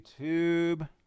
YouTube